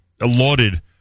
lauded